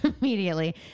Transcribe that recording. Immediately